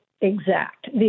exact